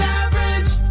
average